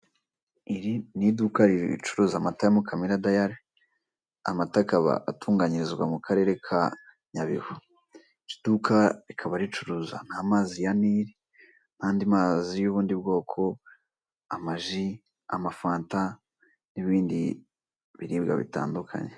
Iri niduka ricuruza amata ya mukamira dayari amata akaba atunganyirizwa mukarere ka nyabihu, iri duka rikaba ricuruza nkamazi ya nili nandi mazi yubundi bwoko ama ji ama fanta nibindi biribwa bitandukanye.